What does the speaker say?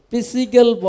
Physical